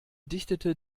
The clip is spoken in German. dichtete